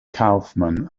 kaufman